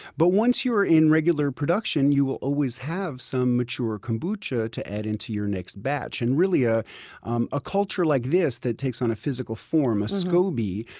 but once you are in regular production, you will always have some mature kombucha to add into your next batch. and ah um a culture like this that takes on a physical form, a scoby,